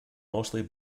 mostly